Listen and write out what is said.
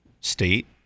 state